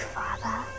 Father